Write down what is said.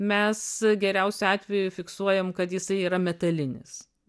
mes geriausiu atveju fiksuojam kad jisai yra metalinis